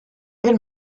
elle